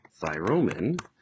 Thyromin